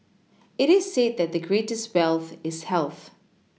it is said that the greatest wealth is health